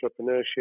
entrepreneurship